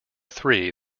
three